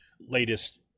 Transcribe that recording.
latest